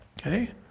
Okay